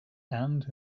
and